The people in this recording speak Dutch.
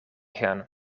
gaan